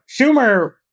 Schumer